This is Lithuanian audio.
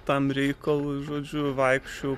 tam reikalui žodžiu vaikščiojau